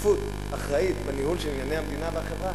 השתתפות אחראית בניהול של ענייני המדינה והחברה,